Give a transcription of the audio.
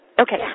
Okay